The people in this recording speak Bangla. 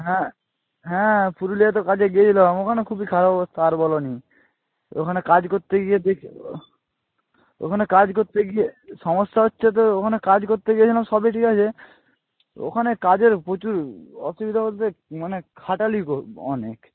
হ্যাঁ হ্যাঁ পুরুলিয়ায় তো কাজে গিয়েছিলাম ওখানে খুবই খারাপ অবস্থা আর বোলো না ওখানে কাজ করতে গিয়ে দেখি ওখানে কাজ করতে গিয়ে সমস্যা হচ্ছে তো ওখানে কাজ করতে গিয়েছিলাম সবই ঠিক আছে ওখানে কাজের প্রচুর অসুবিধা বলতে মানে খাটালি অনেক